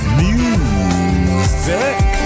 music